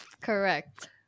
correct